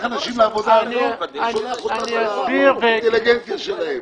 אנשים לעבודה הזו ושולח אותנו לאינטליגנציה שלהם.